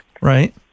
Right